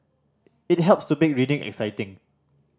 it helps to make reading exciting